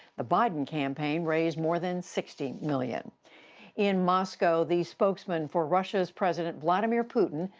the biden campaign raised more than sixty million in moscow, the spokesman for russian president vladimir putin,